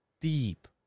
deep